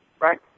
right